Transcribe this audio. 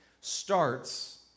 starts